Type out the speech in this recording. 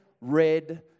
red